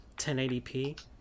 1080p